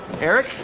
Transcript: Eric